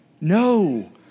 No